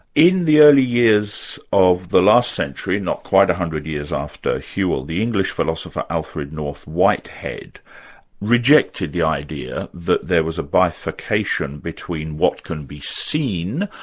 in the early years of the last century, not quite one hundred years after whewell, the english philosopher alfred north whitehead rejected the idea that there was a bifurcation between what can be seen,